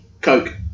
Coke